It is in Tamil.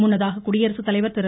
முன்னதாக குடியரசுத்தலைவர் திரு